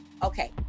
Okay